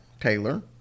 Taylor